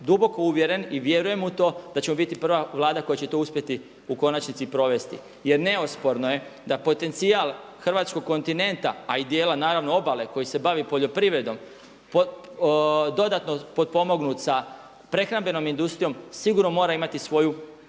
duboko uvjeren i vjerujem u to da ćemo biti prva Vlada koja će to uspjeti u konačnici i provesti. Jer neosporno je da potencijal hrvatskog kontinenta a i dijela naravno obale koji se bavi poljoprivredom dodatno potpomognut sa prehrambenom industrijom sigurno mora imati svoju